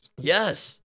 Yes